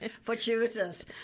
fortuitous